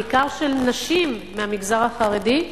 בעיקר של נשים מהמגזר החרדי,